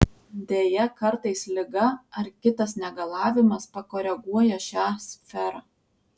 deja kartais liga ar kitas negalavimas pakoreguoja šią sferą